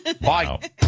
Bye